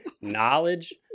knowledge